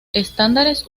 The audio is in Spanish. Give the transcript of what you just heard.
estándares